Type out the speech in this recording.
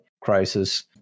crisis